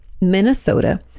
Minnesota